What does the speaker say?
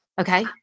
Okay